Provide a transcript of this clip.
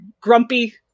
grumpy